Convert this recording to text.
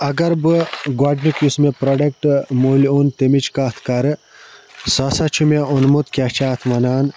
اگر بہٕ گۄڈٕنیُک یُس مےٚ پرٛوڈَکٹ مٔلۍ اوٚن تمِچ کَتھ کَرٕ سُہ ہسا چھُ مےٚ اوٚنمُت کیاہ چھِ اَتھ وَنان